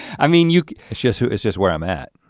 i mean you just who it's just where i'm at.